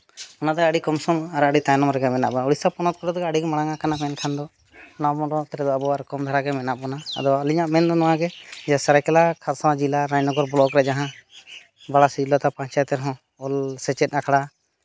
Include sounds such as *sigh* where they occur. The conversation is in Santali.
ᱚᱱᱟᱛᱮ ᱟᱹᱰᱤ ᱠᱚᱢ ᱥᱚᱢ ᱟᱨ ᱟᱹᱰᱤ ᱛᱟᱭᱱᱚᱢ ᱨᱮᱜᱮ ᱢᱮᱱᱟᱜ ᱵᱚᱱᱟ ᱩᱲᱤᱥᱥᱟ ᱯᱚᱱᱚᱛ ᱠᱚᱨᱮ ᱫᱚ ᱟᱹᱰᱤᱜᱮ ᱢᱟᱲᱟᱝ ᱠᱟᱱᱟ ᱢᱮᱱᱠᱷᱟᱱ ᱫᱚ ᱱᱚᱣᱟ ᱯᱚᱱᱚᱛ ᱨᱮᱫᱚ ᱟᱵᱚᱣᱟᱜ ᱠᱚᱢ ᱫᱷᱟᱨᱟᱜᱮ ᱢᱮᱱᱟᱜ ᱵᱚᱱᱟ ᱟᱫᱚ ᱟᱹᱞᱤᱧᱟᱜ ᱢᱮᱱᱫᱚ ᱱᱚᱣᱟᱜᱮ ᱡᱮ ᱥᱚᱨᱟᱭᱠᱮᱞᱞᱟ ᱠᱷᱟᱨᱥᱚᱣᱟ ᱡᱮᱞᱟ ᱨᱟᱡᱽᱱᱚᱜᱚᱨ ᱵᱞᱚᱠ ᱨᱮ ᱡᱟᱦᱟᱸ *unintelligible* ᱯᱚᱧᱪᱟᱭᱮᱛ ᱨᱮᱦᱚᱸ ᱚᱞ ᱥᱮᱪᱮᱫ ᱟᱠᱷᱲᱟ